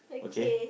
okay